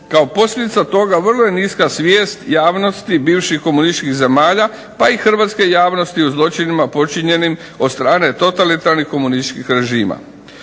Kao posljedica toga vrlo je niska svijest javnosti bivših komunističkih zemalja pa i hrvatske javnosti o zločinima počinjenim od strane totalitarnih komunističkih režima.